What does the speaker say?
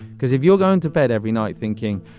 because if you're going to bed every night thinking,